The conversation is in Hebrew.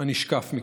הנשקף מכך,